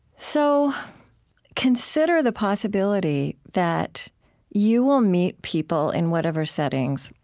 so consider the possibility that you will meet people, in whatever settings,